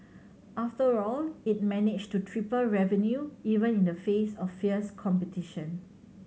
after all it managed to triple revenue even in the face of fierce competition